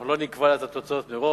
אנחנו לא נקבע את התוצאות מראש.